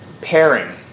pairing